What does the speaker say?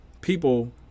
people